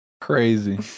crazy